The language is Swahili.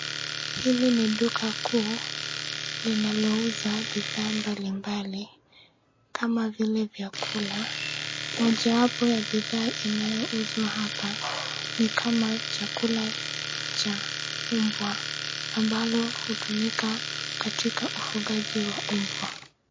Hili ni duka kuu linalouza bidhaa mbalimbali kama vile vyakula. Mojawapo ya bidhaa inayozouzwa hapa ni kama chakula cha ubwa ambalo hutumika katika ufugaji wa ubwa.